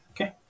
Okay